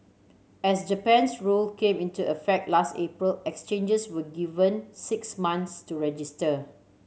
as Japan's rule came into effect last April exchanges were given six months to register